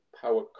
power